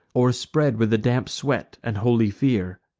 o'erspread with a damp sweat and holy fear.